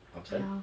apasal